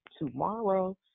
tomorrow